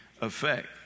effect